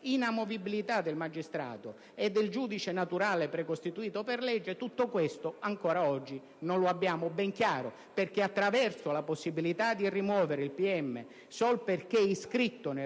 inamovibilità del magistrato e del giudice naturale precostituito per legge, ancora oggi non lo abbiamo ben chiaro, perché attraverso la possibilità di rimuovere il pubblico ministero solo perché iscritto nel